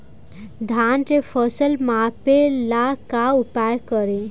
धान के फ़सल मापे ला का उपयोग करी?